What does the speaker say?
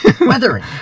Weathering